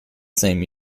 same